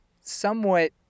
somewhat